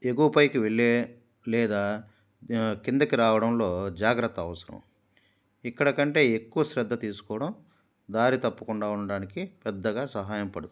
ఎగువ పైకి వెళ్లే లేదా కిందకి రావడంలో జాగ్రత్త అవసరం ఇక్కడకంటే ఎక్కువ శ్రద్ధ తీసుకోవడం దారి తప్పకుండా ఉండడానికి పెద్దగా సహాయపడుతుంది